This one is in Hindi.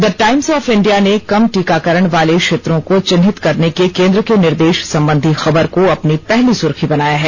द टाइम्स ऑफ इंडिया ने कम टीकाकरण वाले क्षेत्रों को चिन्हित करने के केंद्र के निर्देश संबंधी खबर को अपनी पहली सुर्खी बनाया है